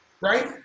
Right